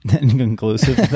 inconclusive